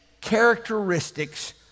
characteristics